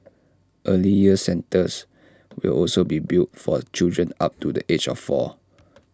early years centres will also be built for children up to the age of four